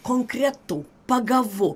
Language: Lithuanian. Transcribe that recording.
konkretu pagavu